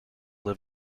live